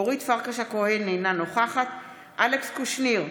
אורית פרקש הכהן, אינה נוכחת אלכס קושניר,